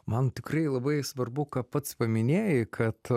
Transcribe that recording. man tikrai labai svarbu ką pats paminėjai kad